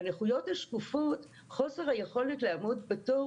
בנכויות השקופות חוסר היכולת לעמוד בתור